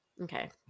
Okay